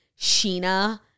Sheena